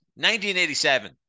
1987